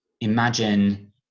imagine